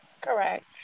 correct